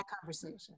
conversation